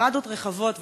אוטוסטרדות רחבות וכו'.